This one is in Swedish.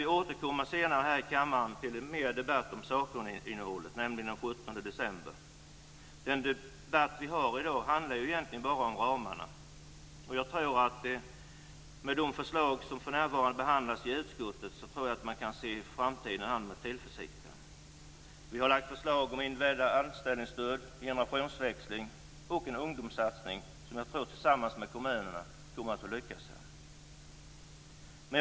Vi återkommer här i kammaren till en senare debatt om sakinnehållet, nämligen den 17 december. Den debatt vi för i dag handlar ju egentligen bara om ramarna. I och med de förslag som för närvarande behandlas i utskottet tror jag att man kan se framtiden an med tillförsikt. Vi har lagt fram förslag om individuella anställningsstöd, om generationsväxling och om en ungdomssatsning som skall göras tillsammans med kommunerna och som jag tror kommer att vara lyckosamma.